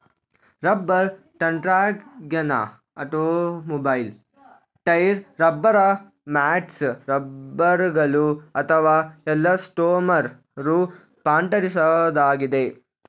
rubber ತಂತ್ರಜ್ಞಾನ automobile tyre rubber mats ರಬ್ಬರ್ಗಳು ಅಥವಾ ಎಲಾಸ್ಟೊಮರ್ ರೂಪಾಂತರಿಸೋದಾಗಿದೆ